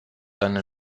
eine